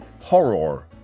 Horror